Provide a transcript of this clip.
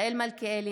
מיכאל מלכיאלי,